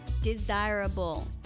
desirable